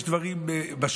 יש דברים בשוליים,